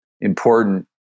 important